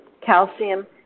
calcium